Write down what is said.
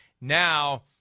Now